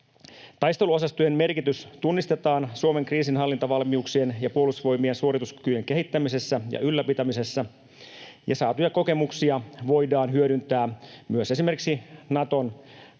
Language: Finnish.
Taisteluosastojen merkitys tunnistetaan Suomen kriisinhallintavalmiuksien ja Puolustusvoimien suorituskykyjen kehittämisessä ja ylläpitämisessä, ja saatuja kokemuksia voidaan hyödyntää myös esimerkiksi Naton